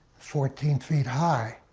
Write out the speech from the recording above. fourteen feet high,